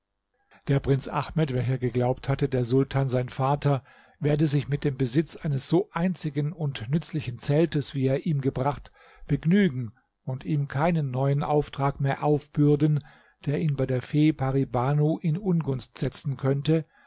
der prinz ahmed welcher geglaubt hatte der sultan sein vater werde sich mit dem besitz eines so einzigen und nützlichen zeltes wie er ihm gebracht begnügen und ihm keinen neuen auftrag mehr aufbürden der ihn bei der fee pari banu in ungunst setzen könnte